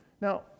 Now